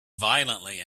violently